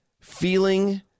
feeling